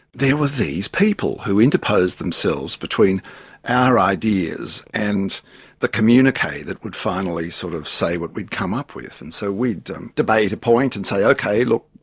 there were these people who interposed themselves between our ideas and the communique that would finally sort of say what we'd come up with. and so we'd debate a point and say, okay, look,